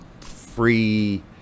free